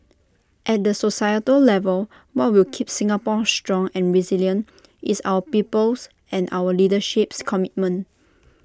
at the societal level what will keep Singapore strong and resilient is our people's and our leadership's commitment